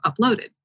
uploaded